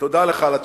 תודה לך על התיקון.